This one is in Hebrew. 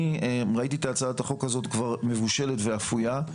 ראיתי את הצעת החוק הזאת כבר מבושלת ואפויה,